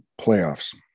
playoffs